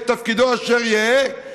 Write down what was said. יהא תפקידו אשר יהא,